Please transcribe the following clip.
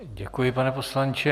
Děkuji, pane poslanče.